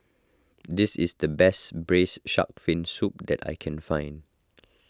this is the best Braised Shark Fin Soup that I can find